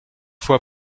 fois